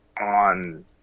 on